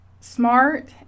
smart